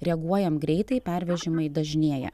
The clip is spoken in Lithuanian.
reaguojam greitai pervežimai dažnėja